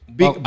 big